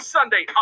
Sunday